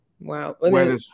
Wow